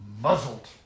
muzzled